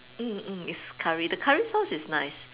mm mm it's curry the curry sauce is nice